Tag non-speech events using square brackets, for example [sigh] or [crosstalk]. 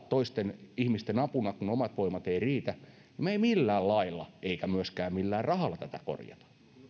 [unintelligible] toisten ihmisten apuna kun omat voimat eivät riitä me emme millään lailla emmekä myöskään millään rahalla voi tätä korjata